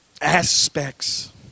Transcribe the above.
aspects